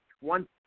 One